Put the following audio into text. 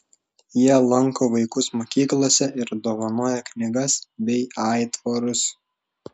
jie lanko vaikus mokyklose ir dovanoja knygas bei aitvarus